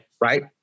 right